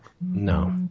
No